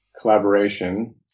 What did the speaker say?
collaboration